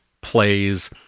plays